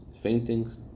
Fainting